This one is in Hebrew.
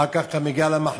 אחר כך אתה מגיע למחלקה,